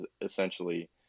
essentially